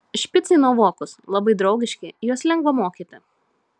špicai nuovokūs labai draugiški juos lengva mokyti